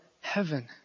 heaven